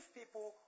people